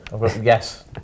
yes